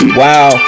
wow